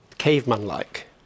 caveman-like